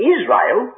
Israel